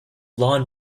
long